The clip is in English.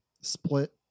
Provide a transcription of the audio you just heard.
Split